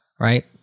right